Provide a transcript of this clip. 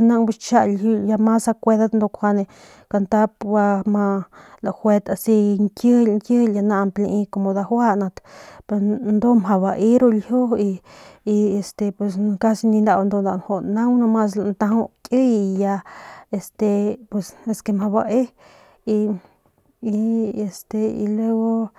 nang bijiy chja ya mas akuedat nkjuande kantap guama lajuet asi ñkijily ñkijily ya naañp ya dajuajanat ndu mjau bae ru ljiu y casi ni nau lju naung lantaju kiy y ya es que mjau bae y este y luego.